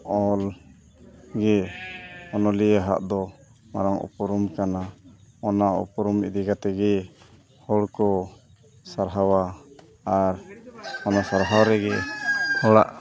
ᱚᱞ ᱜᱮ ᱚᱱᱚᱞᱤᱭᱟᱹ ᱟᱜ ᱫᱚ ᱢᱟᱨᱟᱝ ᱩᱯᱨᱩᱢ ᱠᱟᱱᱟ ᱚᱱᱟ ᱩᱯᱨᱩᱢ ᱤᱫᱤ ᱠᱟᱛᱮᱫᱜᱮ ᱦᱚᱲ ᱠᱚ ᱥᱟᱨᱦᱟᱣᱟ ᱟᱨ ᱚᱱᱟ ᱥᱟᱨᱦᱟᱣ ᱨᱮᱜᱮ ᱦᱚᱲᱟᱜ